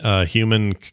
human